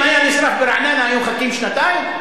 אם היה נשרף ברעננה היו מחכים שנתיים?